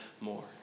more